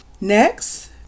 next